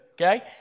Okay